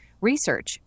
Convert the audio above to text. research